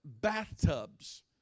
bathtubs